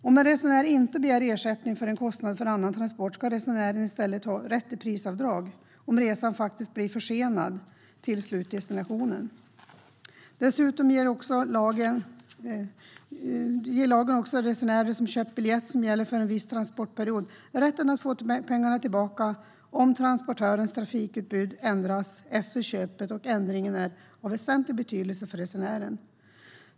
Om en resenär inte begär ersättning för en kostnad för annan transport ska resenären i stället ha rätt till prisavdrag om resan faktiskt blir försenad till slutdestinationen. Dessutom ger lagen en resenär som köpt biljett som gäller för en viss tidsperiod rätten att få pengarna tillbaka om transportörens trafikutbud ändras efter köpet och ändringen är av väsentlig betydelse för resenären.